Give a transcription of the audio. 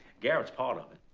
garrett's part of it.